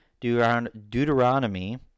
Deuteronomy